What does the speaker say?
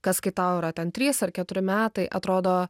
kas kai tau ten trys ar keturi metai atrodo